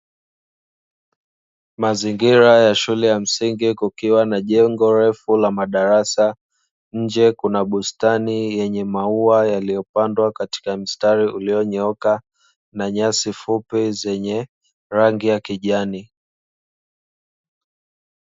Mazingira ya shule ya msingi kukiwa na jengo refu la madarasa, nje kuna bustani yenye maua yaliyopandwa katika mistari ulionyooka na nyasi fupi zenye rangi ya kijani.